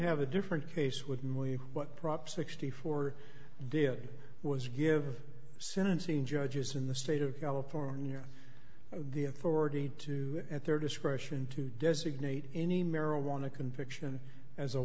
have a different case with what prop sixty four did was give sentencing judges in the state of california the authority to at their discretion to designate any marijuana conviction as a